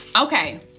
okay